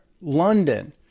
London